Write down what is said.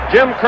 Jim